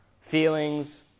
Feelings